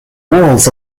walls